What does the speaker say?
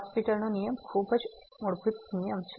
હોસ્પિટલL'hospital નો નિયમ ખૂબ જ મૂળભૂત નિયમ છે